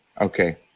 Okay